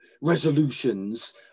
resolutions